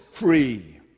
free